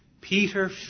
Peter